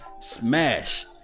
Smash